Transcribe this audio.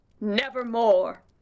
nevermore